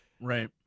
Right